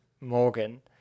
Morgan